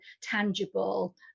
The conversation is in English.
tangible